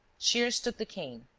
shears took the cane,